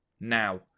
now